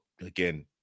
again